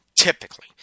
Typically